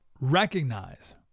recognize